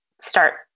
start